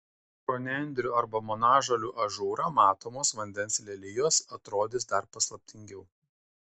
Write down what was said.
pro nendrių arba monažolių ažūrą matomos vandens lelijos atrodys dar paslaptingiau